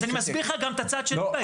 אז אני מסביר לך גם את הצד שלי.